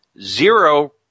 zero